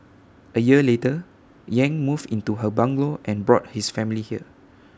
A year later yang moved into her bungalow and brought his family here